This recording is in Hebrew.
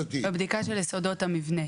בבדיקה של יסודות המבנה.